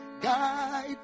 guide